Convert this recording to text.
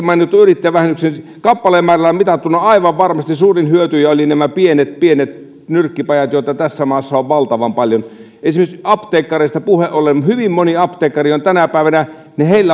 mainittuun yrittäjävähennykseen kappalemäärällä mitattuna aivan varmasti suurimpia hyötyjiä olivat nämä pienet pienet nyrkkipajat joita tässä maassa on valtavan paljon esimerkiksi apteekkareista puheen ollen hyvin monella apteekkarilla on tänä päivänä